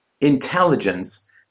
intelligence